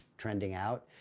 trending out.